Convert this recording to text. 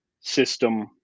system